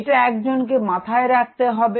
এটা একজনকে মাথায় রাখতে হবে